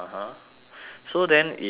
so then if is